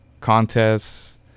contests